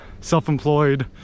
self-employed